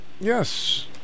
Yes